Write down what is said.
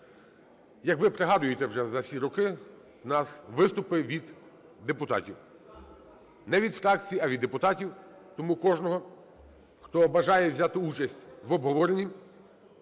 як ви пригадуєте вже за всі роки, в нас виступи від депутатів. Не від фракцій, а від депутатів. Тому кожного, хто бажає взяти участь в обговоренні,